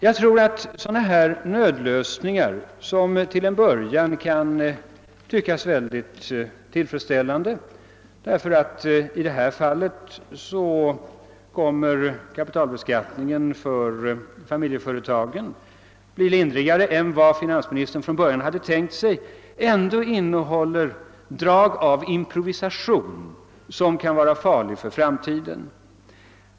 Jag tror att sådana här nödlösningar, som till en början kan tyckas mycket tillfredsställande, därför att kapitalbeskattningen för familjeföretag i detta fall kommer att bli lindrigare än vad finansministern från början hade tänkt sig, ändå innehåller drag av improvisation som kan vara farliga för framtiden.